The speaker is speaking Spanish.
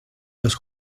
los